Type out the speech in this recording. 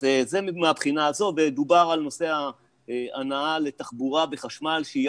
אז זה מהבחינה הזאת ודובר על נושא ההנעה לתחבורה בחשמל שהיא